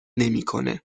نمیکنه